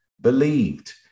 believed